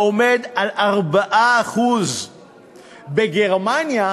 העומד על 4%. בגרמניה